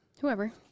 Whoever